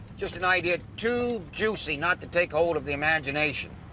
just an idea too juicy not to take hold of the imagination.